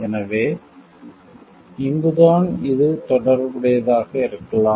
எனவே இங்குதான் இது தொடர்புடையதாக இருக்கலாம்